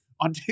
on, –